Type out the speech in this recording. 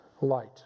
light